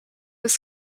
was